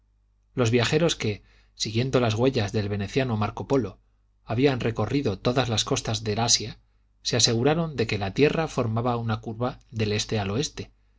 los viajeros que siguiendo las huellas del veneciano marco polo habían recorrido todas las costas del asia se aseguraron de que la tierra formaba una curva del este al oeste